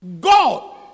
God